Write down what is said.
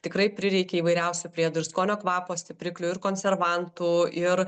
tikrai prireikia įvairiausių priedų ir skonio kvapo stipriklių ir konservantų ir